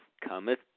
cometh